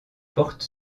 portent